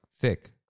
thick